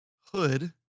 Hood